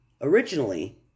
Originally